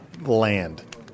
land